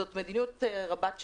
זאת מדיניות רבות שנים,